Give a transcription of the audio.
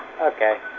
Okay